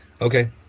Okay